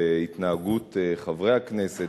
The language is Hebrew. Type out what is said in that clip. והתנהגות חברי הכנסת,